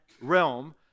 realm